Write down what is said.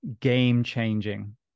Game-changing